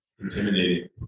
Intimidating